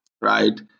right